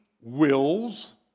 wills